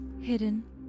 Hidden